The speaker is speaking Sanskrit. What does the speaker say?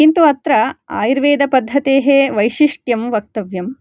किन्तु अत्र आयुर्वेदपद्धतेः वैशिष्ट्यं वक्तव्यं